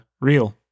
real